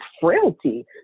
frailty